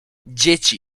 dzieci